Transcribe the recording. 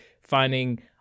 finding